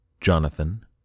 Jonathan